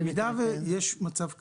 במידה ויש מצב כזה,